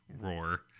Roar